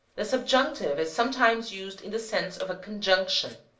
the subjunctive is sometimes used in the sense of a conjunction